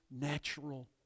natural